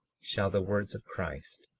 shall the words of christ,